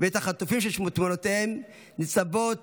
ואת החטופים שתמונותיהם ניצבות